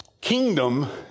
Kingdom